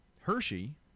Hershey